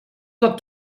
dat